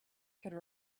could